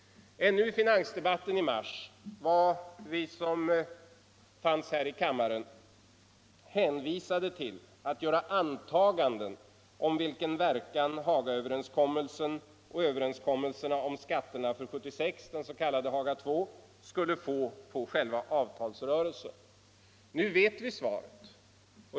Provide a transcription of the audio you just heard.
Ännu i finansdebatten i mars var vi här i kammaren hänvisade till att göra antaganden om vilken verkan Hagaöverenskommelsen och överenskommelsen om skatterna för 1976 — den s.k. Haga II-uppgörelsen — skulle få på själva avtalsrörelsen. Nu vet vi svaret.